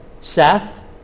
Seth